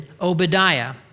Obadiah